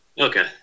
Okay